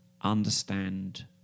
understand